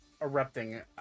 Erupting